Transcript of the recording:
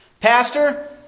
Pastor